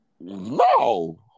No